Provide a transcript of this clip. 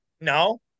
No